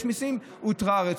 יש מיסים, הותרה הרצועה.